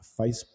Facebook